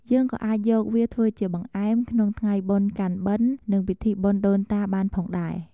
យើងក៏អាចយកវាធ្វើជាបង្អែម ក្នុងថ្ងៃបុណ្យកាន់បិណ្ឌ និងពិធីបុណ្យដូនតាបានផងដែរ។